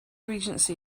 regency